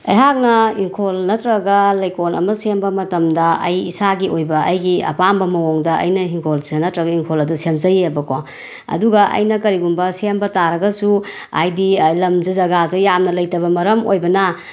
ꯑꯩꯍꯥꯛꯅ ꯏꯪꯈꯣꯜ ꯅꯠꯇ꯭ꯔꯒ ꯂꯩꯀꯣꯜ ꯑꯃ ꯁꯦꯝꯕ ꯃꯇꯝꯗ ꯑꯩ ꯏꯁꯥꯒꯤ ꯑꯣꯏꯕ ꯑꯩꯒꯤ ꯑꯄꯥꯝꯕ ꯃꯑꯣꯡꯗ ꯑꯩꯅ ꯏꯪꯈꯣꯜꯁꯦ ꯅꯠꯇ꯭ꯔꯒ ꯏꯪꯈꯣꯜ ꯑꯗꯨ ꯁꯦꯝꯖꯩꯑꯕ ꯀꯣ ꯑꯗꯨꯒ ꯑꯩꯅ ꯀꯔꯤꯒꯨꯝꯕ ꯁꯦꯝꯕ ꯇꯥꯔꯒꯁꯨ ꯍꯥꯏꯗꯤ ꯂꯝꯁꯦ ꯖꯒꯥꯁꯦ ꯌꯥꯝꯅ ꯂꯩꯇꯕ ꯃꯔꯝ ꯑꯣꯏꯕꯅ